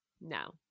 No